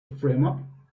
frame